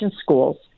schools